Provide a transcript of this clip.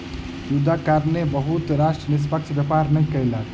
युद्धक कारणेँ बहुत राष्ट्र निष्पक्ष व्यापार नै कयलक